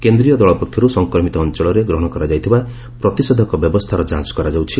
କେନ୍ଦ୍ରୀୟ ଦଳ ପକ୍ଷରୁ ସଂକ୍ରମିତ ଅଞ୍ଚଳରେ ଗ୍ରହଣ କରାଯାଇଥିବା ପ୍ରତିଷେଧକ ବ୍ୟବସ୍ଥାର ଯାଞ୍ଚ କରାଯାଉଛି